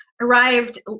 arrived